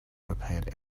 prepared